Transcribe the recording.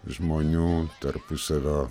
žmonių tarpusavio